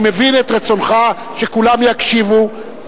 אני מבין את רצונך שכולם יקשיבו,